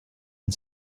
and